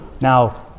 now